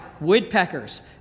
woodpeckers